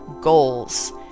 goals